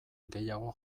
gehiago